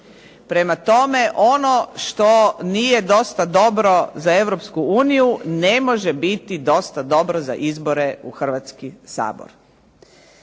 Prema tome, ono što nije dosta dobro za Europsku uniju ne može biti dosta dobro za izbore u Hrvatski sabor.